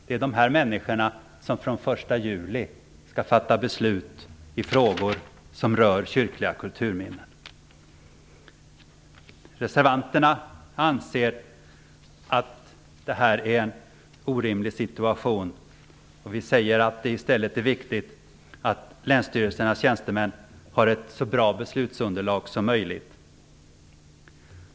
Det är de här människorna som från den 1 juli skall fatta beslut i frågor som rör kyrkliga kulturminnen. Vi reservanter anser att det är en orimlig situation. Vi säger att det i stället är viktigt att länsstyrelsernas tjänstemän har så bra beslutsunderlag som möjligt.